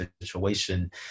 situation